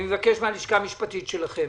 אני מבקש מן הלשכה המשפטית שלכם,